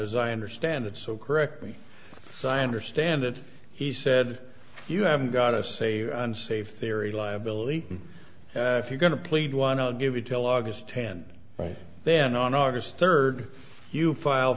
as i understand it so correctly so i understand that he said you haven't got a say unsaved theory liability if you're going to plead one i'll give you till august ten then on august third you file